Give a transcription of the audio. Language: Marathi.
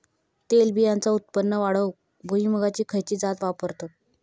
तेलबियांचा उत्पन्न वाढवूक भुईमूगाची खयची जात वापरतत?